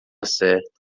certo